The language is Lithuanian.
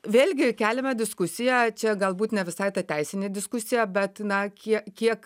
vėlgi keliame diskusiją čia galbūt ne visai ta teisinė diskusija bet na kie kiek